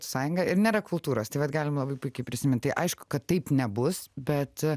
sąjungą ir nėra kultūros tai vat galim labai puikiai prisimint aišku kad taip nebus bet